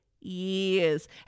years